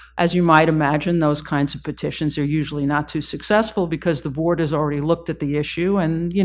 as you might imagine, those kinds of petitions are usually not too successful, because the board has already looked at the issue and, you